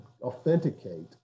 authenticate